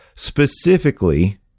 specifically